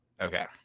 Okay